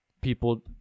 People